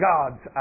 God's